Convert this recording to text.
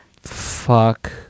Fuck